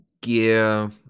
gear